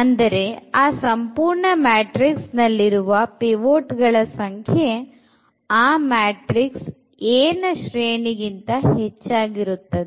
ಅಂದರೆ ಆ ಸಂಪೂರ್ಣ ಮ್ಯಾಟ್ರಿಕ್ಸ್ ನಲ್ಲಿರುವ ಪಿವೊಟ್ ಗಳ ಸಂಖ್ಯೆ ಆ ಮ್ಯಾಟ್ರಿಕ್ಸ್ A ನ ಶ್ರೇಣಿ ಗಿಂತ ಹೆಚ್ಚಾಗಿರುತ್ತದೆ